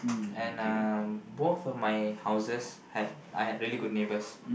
and um both of my houses had I had really good neighbors